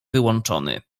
wyłączony